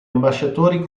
ambasciatori